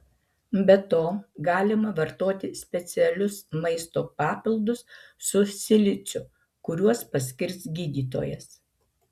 be to galima vartoti specialius maisto papildus su siliciu kuriuos paskirs gydytojas